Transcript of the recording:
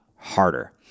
Harder